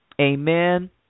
Amen